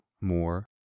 more